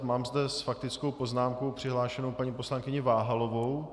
Mám zde s faktickou poznámkou přihlášenou paní poslankyni Váhalovou.